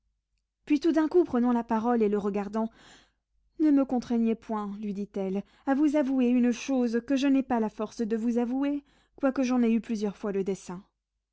puis tout d'un coup prenant la parole et le regardant ne me contraignez point lui dit-elle à vous avouer une chose que je n'ai pas la force de vous avouer quoique j'en aie eu plusieurs fois le dessein